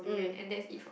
mm